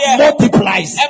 multiplies